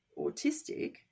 autistic